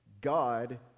God